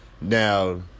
Now